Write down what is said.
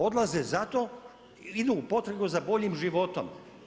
Odlaze zato, idu u potragu za boljim životom.